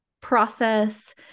process